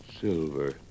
Silver